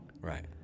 Right